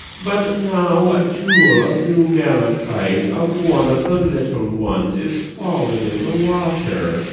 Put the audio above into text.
but now a jewel of new malachite of one of the little ones is fallen in the water,